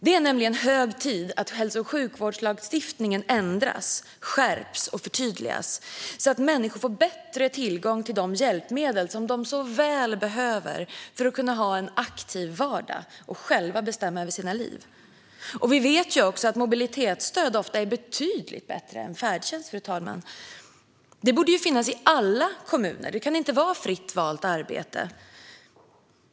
Det är nämligen hög tid att hälso och sjukvårdslagstiftningen ändras - skärps och förtydligas - så att människor får bättre tillgång till de hjälpmedel som de så väl behöver för att kunna ha en aktiv vardag och själva bestämma över sina liv. Vi vet också att mobilitetsstöd ofta är betydligt bättre än färdtjänst. Det borde finnas i alla kommuner. Det kan inte vara fritt valt arbete.